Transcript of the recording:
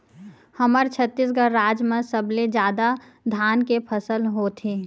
हमर छत्तीसगढ़ राज म सबले जादा धान के फसल होथे